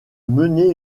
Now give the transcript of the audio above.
mené